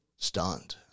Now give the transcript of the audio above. stunned